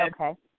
Okay